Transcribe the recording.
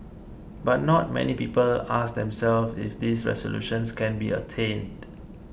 but not many people ask themselves if these resolutions can be attained